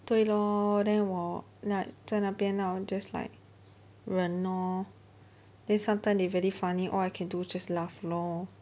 对 lor then 我 like 在那边那然后 just like 忍 orh then sometimes they very funny all I can do is just laugh lor